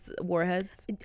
warheads